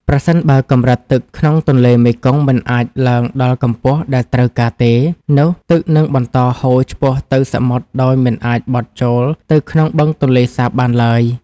ប្រសិនបើកម្រិតទឹកក្នុងទន្លេមេគង្គមិនអាចឡើងដល់កម្ពស់ដែលត្រូវការទេ នោះទឹកនឹងបន្តហូរឆ្ពោះទៅសមុទ្រដោយមិនអាចបត់ចូលទៅក្នុងបឹងទន្លេសាបបានឡើយ។